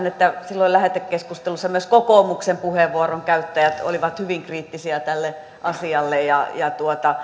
että silloin lähetekeskustelussa myös kokoomuksen puheenvuoron käyttäjät olivat hyvin kriittisiä tälle asialle ja ja